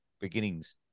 beginnings